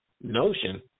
notion